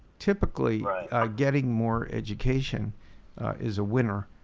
typically getting more education is a winner